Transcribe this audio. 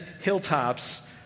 hilltops